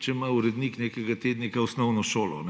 če ima urednik nekega tednika osnovno šolo